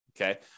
okay